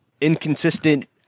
inconsistent